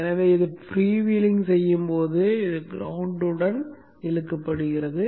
எனவே இது ஃப்ரீவீலிங் செய்யும் போது இது கிரௌண்டில் இழுக்கப்படுகிறது